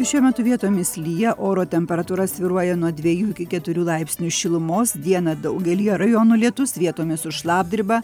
šiuo metu vietomis lyja oro temperatūra svyruoja nuo dviejų iki keturių laipsnių šilumos dieną daugelyje rajonų lietus vietomis su šlapdriba